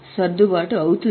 సర్దుబాటు అవుతుంది